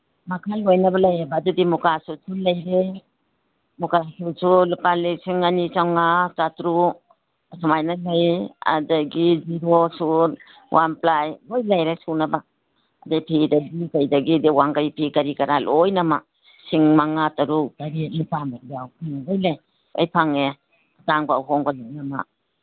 ꯃꯈꯜ ꯂꯣꯏꯅꯕ ꯂꯩꯌꯦꯕ ꯑꯗꯨꯗꯤ ꯃꯨꯀꯥ ꯁꯨꯠꯁꯨ ꯂꯩꯔꯦ ꯃꯨꯀꯥ ꯁꯨꯠꯁꯨ ꯂꯨꯄꯥ ꯂꯤꯁꯤꯡ ꯑꯅꯤ ꯆꯃꯉꯥ ꯆꯥꯇꯔꯨꯛ ꯑꯁꯨꯃꯥꯏꯅ ꯂꯩ ꯑꯗꯒꯤ ꯖꯤꯔꯣ ꯁꯨꯠ ꯋꯥꯟ ꯄ꯭ꯂꯥꯏ ꯂꯣꯏ ꯂꯩꯔꯦ ꯁꯨꯅꯕ ꯑꯗꯩ ꯐꯤꯗꯒꯤ ꯀꯩꯗꯒꯤ ꯑꯗꯩ ꯋꯥꯡꯒꯩ ꯐꯤ ꯀꯔꯤ ꯀꯔꯥ ꯂꯣꯏꯅꯃꯛ ꯂꯤꯁꯤꯡ ꯃꯉꯥ ꯇꯔꯨꯛ ꯇꯔꯦꯠ ꯅꯤꯄꯥꯜꯐꯥꯎ ꯌꯥꯎꯏ ꯂꯣꯏ ꯂꯩ ꯂꯣꯏ ꯐꯪꯉꯦ ꯑꯇꯥꯡꯕ ꯑꯍꯣꯡꯕ ꯂꯣꯏꯅꯃꯛ